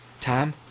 Tom